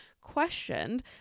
questioned